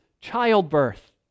childbirth